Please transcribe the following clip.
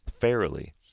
fairly